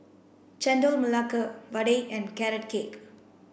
Chendol Melaka Vadai and carrot cake